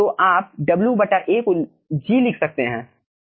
तो आप WA को G लिख सकते है